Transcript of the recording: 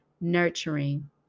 nurturing